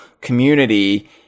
community